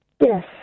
Yes